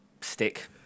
stick